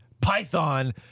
Python